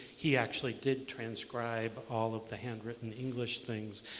he actually did transcribe all of the handwritten english things.